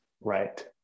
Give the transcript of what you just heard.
Right